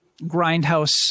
grindhouse